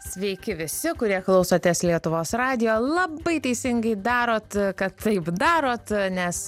sveiki visi kurie klausotės lietuvos radijo labai teisingai darot kad taip darot nes